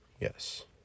Yes